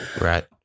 Right